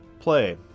play